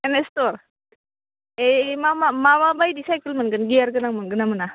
M ए स्टर ए मा मा बायदि साइखेल मोनगोन गियार गोनां मोनगोनना मोना